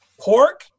Pork